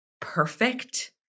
perfect